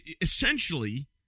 essentially